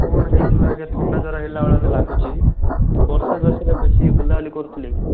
କ'ଣ ହେଇଥିବ ଆଜ୍ଞା ଥଣ୍ଡା ଜର ହେଲା ଭଳିଆ ତ ଲାଗୁଛି ବର୍ଷା ଫର୍ଷାରେ ବେଶି ବୁଲାବୁଲି କରୁଥିଲେ କି